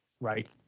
right